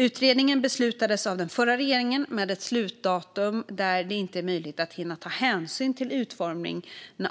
Utredningen beslutades av den förra regeringen med ett slutdatum där det inte är möjligt att hinna ta hänsyn till utformningen